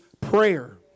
prayer